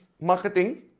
marketing